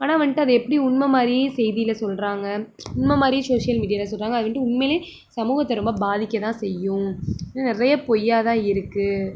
ஆனால் வந்துட்டு அதை எப்படி உண்மை மாதிரி செய்தியில் சொல்கிறாங்க உண்மை மாதிரி சோஷியல் மீடியாவில் சொல்கிறாங்க அது வந்துட்டு உண்மையிலே சமூகத்தை ரொம்ப பாதிக்கதான் செய்யும் இன்னும் நிறைய பொய்யாக தான் இருக்குது